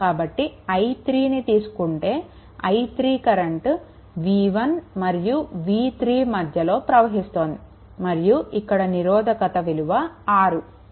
కాబట్టి i3నీ తీసుకుంటే i3 కరెంట్ v1 మరియు v3 మధ్యలో ప్రవహిస్తోంది మరియు ఇక్కడ నిరోధకతవిలువ 6